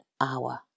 hour